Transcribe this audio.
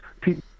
people